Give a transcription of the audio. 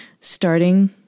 starting